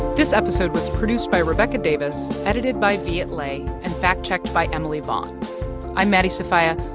this episode was produced by rebecca davis, edited by viet le and fact-checked by emily vaughn i'm maddie sofia.